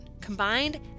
Combined